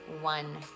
one